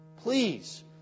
Please